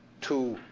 two,